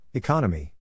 Economy